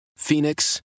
Phoenix